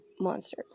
monster